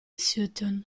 sutton